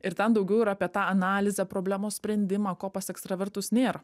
ir ten daugiau yra apie tą analizę problemos sprendimą ko pas ekstravertus nėr